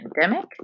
pandemic